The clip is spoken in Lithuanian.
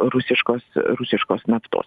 rusiškos rusiškos naftos